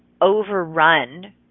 overrun